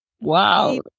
Wow